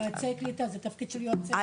לא,